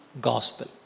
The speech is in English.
gospel